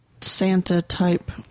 Santa-type